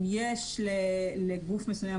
אם יש לגוף מסוים,